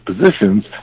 positions